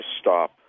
stop